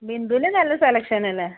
ബിന്ദുവിൽ നല്ല സെലക്ഷൻ അല്ലേ